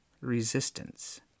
resistance